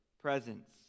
presence